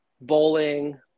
bowling